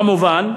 כמובן,